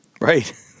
Right